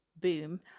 boom